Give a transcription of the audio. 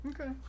Okay